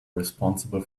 responsible